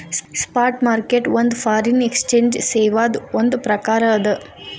spot market ಒಂದ್ foreign exchange ಸೇವಾದ್ ಒಂದ್ ಪ್ರಕಾರ ಅದ